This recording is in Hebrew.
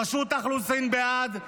רשות האוכלוסין בעד,